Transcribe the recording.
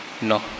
No